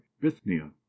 bithynia